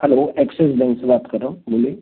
hello Axis Bank से बात कर रहा हूँ बोलिए